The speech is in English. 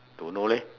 don't know leh